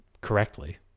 correctly